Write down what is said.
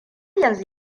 yanzu